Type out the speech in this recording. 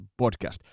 podcast